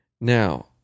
Now